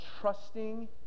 trusting